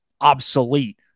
obsolete